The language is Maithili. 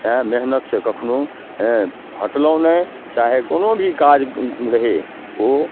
तेँ मेहनतिसँ कखनहु हेँ हटलहुँ नहि चाहे कोनो भी काज रहै ओ